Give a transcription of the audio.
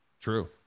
True